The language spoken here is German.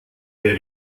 der